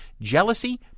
jealousy